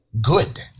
good